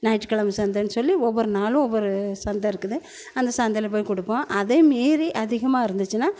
ஞாயிற்றுக்கிழமை சந்தைன்னு சொல்லி ஒவ்வொரு நாளும் ஒவ்வொரு சந்தை இருக்குது அந்த சந்தையில் போய் கொடுப்போம் அதையும் மீறி அதிகமாக இருந்துச்சுன்னா